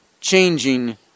changing